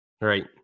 Right